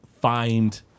find